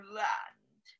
land